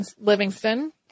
Livingston